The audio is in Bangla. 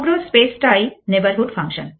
সমগ্র স্পেস টা ই নেইবরহুড ফাংশন